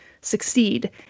succeed